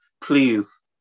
please